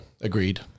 Agreed